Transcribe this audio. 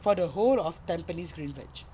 for the whole of Tampines green verge